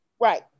Right